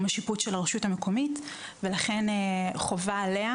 השיפוט של הרשות המקומית ולכן חובה עליה,